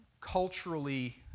culturally